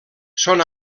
són